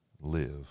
live